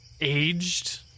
aged